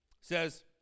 says